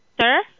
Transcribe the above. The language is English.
Sir